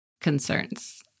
concerns